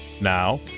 Now